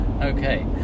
Okay